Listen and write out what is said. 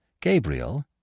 Gabriel